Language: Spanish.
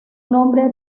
nombre